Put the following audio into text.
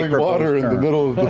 yeah water in the middle of